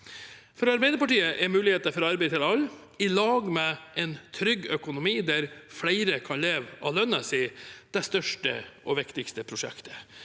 For Arbeiderpartiet er muligheten for arbeid til alle i lag med en trygg økonomi der flere kan leve av lønnen sin, det største og viktigste prosjektet.